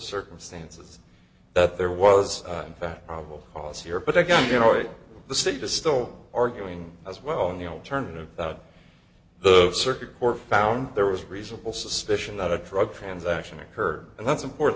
circumstances that there was in fact probable cause here but i got your right the state to still arguing as well in the alternative that the circuit court found there was reasonable suspicion that a drug transaction occurred and that's important